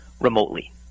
remotely